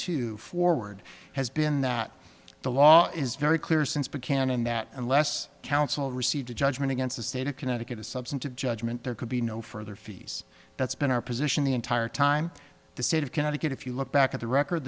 two forward has been that the law is very clear since but can and that unless counsel received a judgment against the state of connecticut a substantive judgment there could be no further fees that's been our position the entire time the state of connecticut if you look back at the record